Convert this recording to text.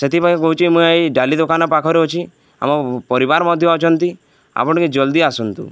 ସେଥିପାଇଁ କହୁଛି ମୁଁ ଏଇ ଡାଲି ଦୋକାନ ପାଖରେ ଅଛି ଆମ ପରିବାର ମଧ୍ୟ ଅଛନ୍ତି ଆପଣ ଟିକେ ଜଲ୍ଦି ଆସନ୍ତୁ